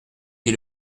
dis